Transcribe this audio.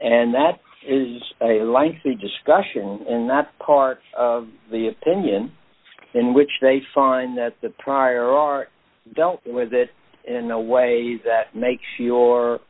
and that is a lengthy discussion in that part of the opinion in which they find that the prior art dealt with it in a way that makes your